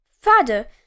Father